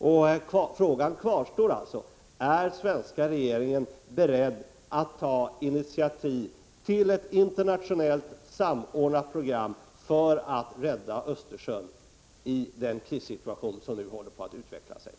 Frågan kvarstår därför: Är den svenska regeringen beredd att i den krissituation som nu håller på att utveckla sig ta initiativ till ett internationellt samordnat program för att rädda Östersjön?